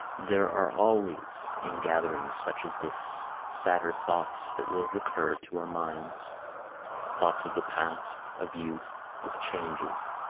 there are always in gatherings such as this sadder thoughts that will recur to our minds thoughts of the past, of youth, of changes,